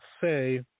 say